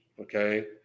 okay